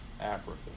Africa